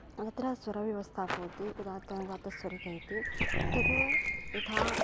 अत्र स्वरव्यवस्था भवति उदात्त अनुदात्त स्वरित इति तद् यथा